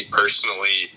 personally